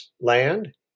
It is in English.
land